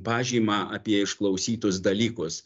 pažymą apie išklausytus dalykus